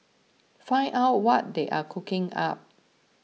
find out what they are cooking up